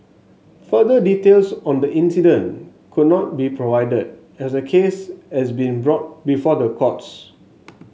further details on the incident could not be provided as the case has been brought before the courts